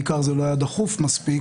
בעיקר זה לא היה דחוף מספיק,